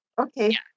Okay